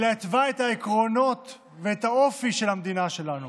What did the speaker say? אלא התווה את העקרונות ואת האופי של המדינה שלנו: